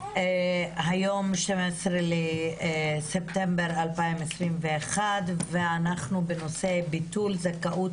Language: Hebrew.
היום 12 בספטמבר 2021 ואנחנו בנושא ביטול זכאות